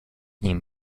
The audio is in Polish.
nim